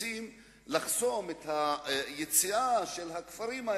אפילו רוצים לחסום את היציאה של הכפרים.